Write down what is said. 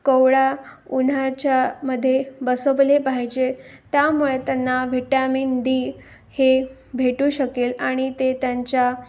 कोवळ्या उन्हाच्यामध्ये बसवले पाहिजे त्यामुळे त्यांना व्हिटॅमिन डी हे भेटू शकेल आणि ते त्यांच्या